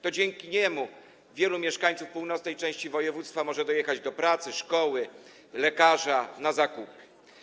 To dzięki niemu wielu mieszkańców północnej części województwa może dojechać do pracy, szkoły, lekarza czy na zakupy.